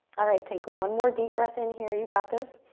alright, take one more deep breath in here, you got this.